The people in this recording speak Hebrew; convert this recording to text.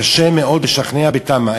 קשה מאוד לשכנע בתמ"א.